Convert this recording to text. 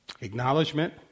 Acknowledgement